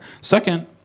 Second